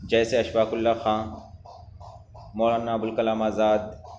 جیسے اشفاق اللہ خاں مولانا ابوالکلام آزاد